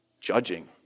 judging